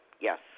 yes